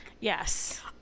Yes